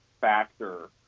factor